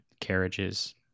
carriages